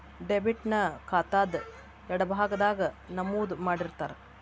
debit ನ ಖಾತಾದ್ ಎಡಭಾಗದಾಗ್ ನಮೂದು ಮಾಡಿರ್ತಾರ